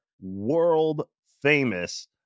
world-famous